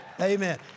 Amen